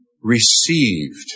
received